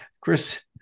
Chris